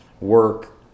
work